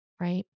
right